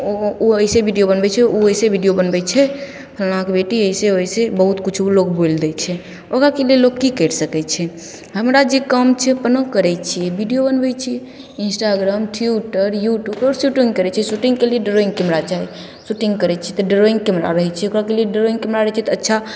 ओ अइसे वीडिओ बनबै छै ओ अइसे वीडिओ बनबै छै फल्लाँके बेटी अइसे वइसे बहुत किछु लोक बोलि दै छै ओकराके लिए लोक कि करि सकै छै हमरा जे काम छै अपना करै छिए वीडिओ बनबै छिए इन्स्टाग्राम ट्विटर यूट्यूबपर शूटिन्ग करै छिए शूटिन्गके लिए ड्रोन कैमरा चाही शूटिंग करै छिए तऽ ड्रोन कैमरा रहै छै ओकराके लिए ड्रोन कैमरा रहै छै तऽ अच्छा